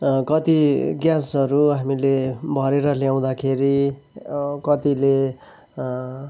कति ग्यासहरू हामीले भरेर ल्याउँदाखेरि कतिले